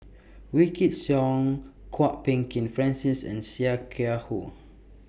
Wykidd Song Kwok Peng Kin Francis and Sia Kah Hui